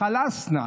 חלסנא,